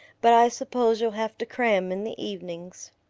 but i suppose you'll have to cram in the evenings.